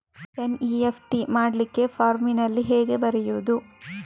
NEFT ಮಾಡ್ಲಿಕ್ಕೆ ಫಾರ್ಮಿನಲ್ಲಿ ಹೇಗೆ ಬರೆಯುವುದು?